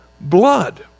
blood